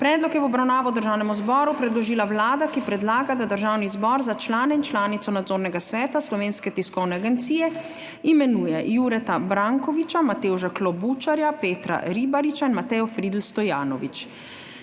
Predlog je v obravnavo Državnemu zboru predložila Vlada, ki predlaga, da Državni zbor za člane in članico Nadzornega sveta Slovenske tiskovne agencije imenuje Jureta Brankoviča, Matevža Klobučarja, Petra Ribariča in Matejo Fridl Stojanović.